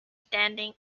standing